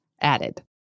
added